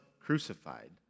crucified